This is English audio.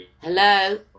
Hello